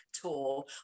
tour